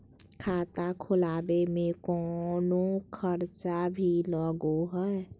खाता खोलावे में कौनो खर्चा भी लगो है?